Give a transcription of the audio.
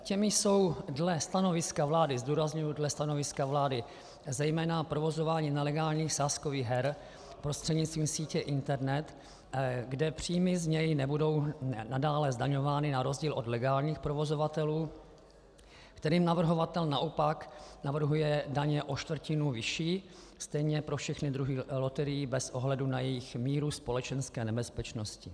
Těmi jsou dle stanoviska vlády zdůrazňuji dle stanoviska vlády zejména provozování nelegálních sázkových her prostřednictvím sítě internet, kde příjmy z něj nebudou nadále zdaňovány, na rozdíl od legálních provozovatelů, kterým navrhovatel naopak navrhuje daně o čtvrtinu vyšší, stejně pro všechny druhy loterií bez ohledu na míru jejich společenské nebezpečnosti.